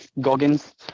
Goggins